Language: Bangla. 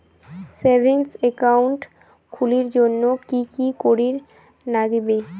সেভিঙ্গস একাউন্ট খুলির জন্যে কি কি করির নাগিবে?